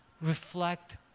reflect